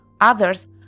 Others